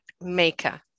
maker